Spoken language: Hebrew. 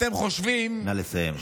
אתם חושבים, נא לסיים.